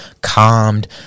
calmed